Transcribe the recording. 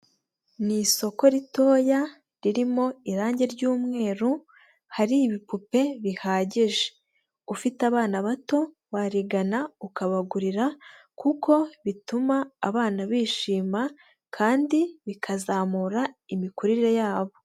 Ni isoko ritoya ririmo irangi ry'umweru, hari ibipupe bihagije, ufite abana bato warigana ukabagurira, kuko bituma abana bishima kandi bikazamura imikurire yabo.